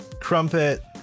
Crumpet